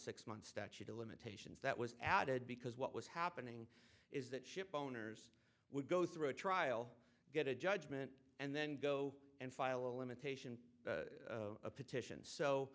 six month statute of limitations that was added because what was happening is that ship owners would go through a trial get a judgment and then go and file a limitation a petition so